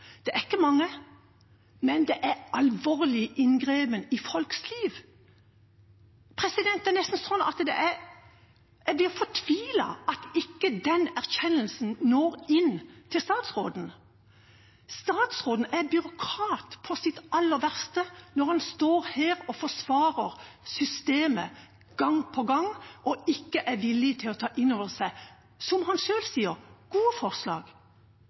Det er ikke mange, men det er alvorlig inngripen i folks liv. Det er nesten sånn at jeg blir fortvilet over at ikke den erkjennelsen når inn til statsråden. Statsråden er byråkrat på sitt aller verste når han står her og forsvarer systemet gang på gang og ikke er villig til å ta inn over seg – som han selv sier – gode forslag.